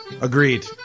Agreed